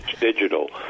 digital